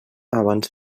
abans